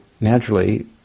naturally